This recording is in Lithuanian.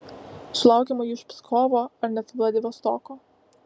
sulaukiama jų iš pskovo ar net vladivostoko